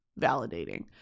validating